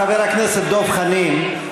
חבר הכנסת דב חנין,